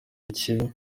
ikibi